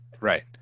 right